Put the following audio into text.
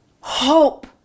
hope